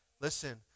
Listen